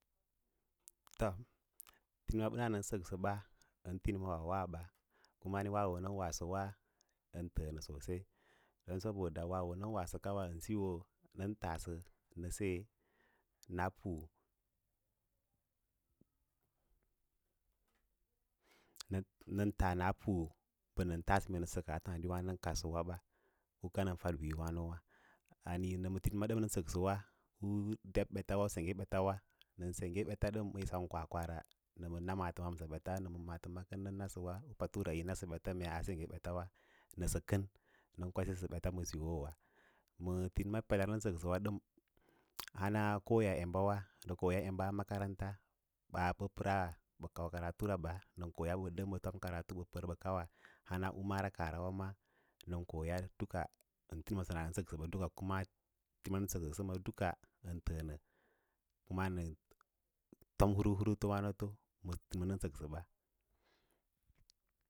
Tīnima na nən səkɓa ən tinima wa wa ma, kuma wawo nən wasəwa ən təə nə sosai don saboda wawo nən wasə kawo siyo nən taasə nə se na pel nən taa na pu bə nən taasə mee nə sək u puttǎǎdiwa nən kadsəwaba ukənən fad wii wǎnowa, ale nəma tinima dəm nən səksə wa ɗeb ɓetawa sengge ɓatawa, nən sengge ɓets dəm mee sem kwakwara nəma na maatəm sa ɓets nə ma maatəma unə, nasəwa pature yí nasə mee a sengge ɓetswa kən nən kwasi ɓeta ma siyo ma tinima peler nən səksəwa ɗəm hana koyaembawa nən koya emba makawarta bah ɓə oəras karatura ɓa, nən koya dem hmee ɓə pər ɓə kauwa hana u maval kaah ra maa nən koya daka ən tinimsa na nən səksəwa kuma tinima nən səksə səna duka ən təə nə kuma nən fom huwa huuru towǎnəfo ma tinima nən səksə.